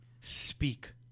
speak